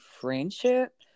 friendship